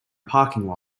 parking